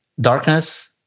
darkness